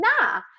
Nah